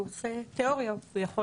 ועושה תיאוריה יכול לנהוג.